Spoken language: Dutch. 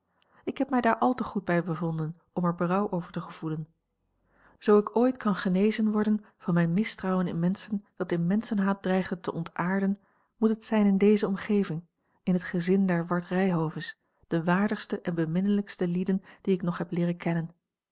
ik heb mij daar al te goed bij bevonden om er berouw over te gevoelen zoo ik ooit kan genezen worden van mijn mistrouwen in menschen dat in menschenhaat dreigde te ontaarden moet het zijn in deze omgeving in het gezin der ward ryhoves de waardigste en beminnelijkste lieden die ik nog heb leeren kennen